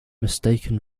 mistaken